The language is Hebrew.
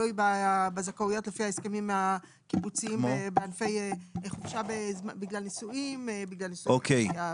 שתלויות בזכאויות לפי ההסכמים הקיבוציים בגלל נישואין וכולי.